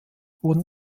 wurden